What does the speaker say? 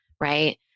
Right